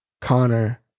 Connor